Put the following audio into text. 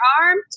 arm